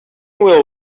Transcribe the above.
will